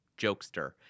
jokester